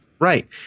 Right